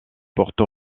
porto